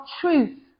truth